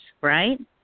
right